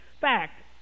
fact